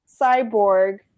cyborg